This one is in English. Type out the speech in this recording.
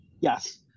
Yes